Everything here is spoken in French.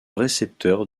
récepteur